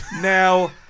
Now